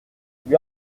lui